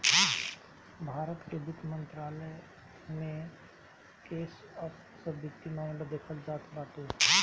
भारत के वित्त मंत्रालय में देश कअ सब वित्तीय मामला देखल जात बाटे